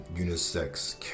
unisex